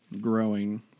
growing